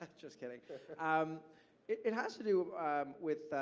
like just kidding. um it has to do with,